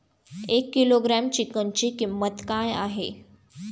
एक किलोग्रॅम चिकनची किंमत काय आहे?